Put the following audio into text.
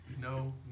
no